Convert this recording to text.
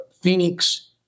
phoenix